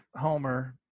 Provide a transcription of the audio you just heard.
Homer –